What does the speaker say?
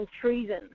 treason